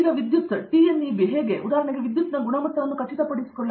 ಈಗ ವಿದ್ಯುತ್ TNEB ಹೇಗೆ ಉದಾಹರಣೆಗೆ ವಿದ್ಯುತ್ ಗುಣಮಟ್ಟವನ್ನು ಖಚಿತಪಡಿಸಿಕೊಳ್ಳಿ ಸರಿ